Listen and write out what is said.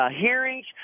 hearings